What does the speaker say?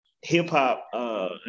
hip-hop